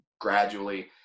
gradually